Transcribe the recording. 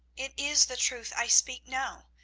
it is the truth i speak now,